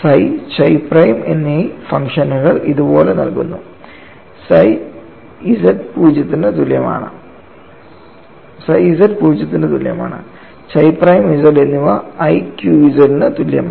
psi chi prime എന്നീ ഫംഗ്ഷനുകൾ ഇതുപോലെ നൽകുന്നു psi z പൂജ്യത്തിന് തുല്യമാണ് chi പ്രൈം z എന്നിവ iqz ന് തുല്യമാണ്